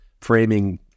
framing